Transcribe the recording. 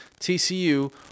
TCU